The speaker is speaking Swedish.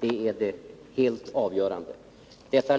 Det är det helt avgörande.